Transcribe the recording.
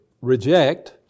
reject